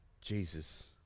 Jesus